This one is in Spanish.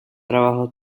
trabajo